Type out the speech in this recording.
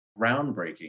groundbreaking